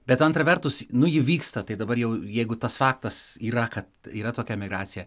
bet antra vertus nu ji vyksta tai dabar jau jeigu tas faktas yra kad yra tokia emigracija